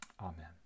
Amen